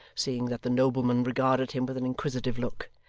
seeing that the nobleman regarded him with an inquisitive look.